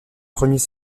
premiers